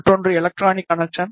மற்றொன்று electronical connection